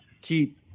keep